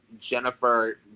Jennifer